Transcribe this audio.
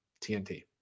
tnt